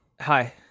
Hi